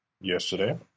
yesterday